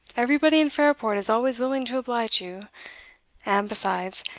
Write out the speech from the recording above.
everybody in fairport is always willing to oblige you and besides,